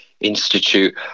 Institute